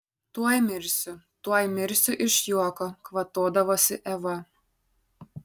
tuoj mirsiu tuoj mirsiu iš juoko kvatodavosi eva